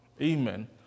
Amen